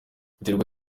biterwa